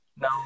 No